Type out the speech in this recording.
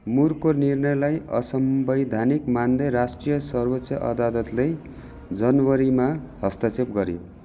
मुरको निर्णयलाई असंवैधानिक मान्दै राष्ट्रिय सर्वोच्च अदालतले जनवरीमा हस्तक्षेप गर्यो